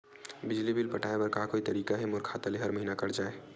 बिजली बिल पटाय बर का कोई तरीका हे मोर खाता ले हर महीना कट जाय?